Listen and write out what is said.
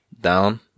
down